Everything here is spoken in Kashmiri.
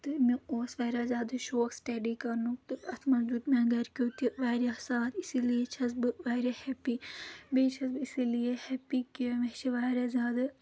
تہٕ مےٚ اوس واریاہ زیادٕ شوق سٹیڈی کَرنُک تہٕ اَتھ منٛز دِیُت مےٚ گَرکیو تہِ واریاہ ساتھ اِسی لیے چھَس بہٕ واریاہ ہیٚپی بیٚیہِ چھَس بہٕ اسی لیے ہیٚپی کہِ مےٚ چھِ واریاہ زیادٕ